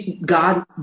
God